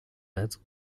battle